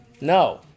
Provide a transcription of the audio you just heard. No